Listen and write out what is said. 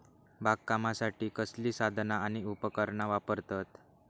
बागकामासाठी कसली साधना आणि उपकरणा वापरतत?